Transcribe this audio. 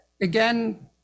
again